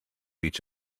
each